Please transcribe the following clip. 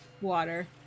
water